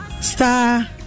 Star